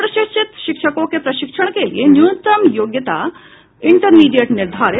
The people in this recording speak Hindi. अप्रशिक्षित शिक्षकों के प्रशिक्षण के लिये न्यूनतम योग्यता इंटरमीडिएट निर्धारित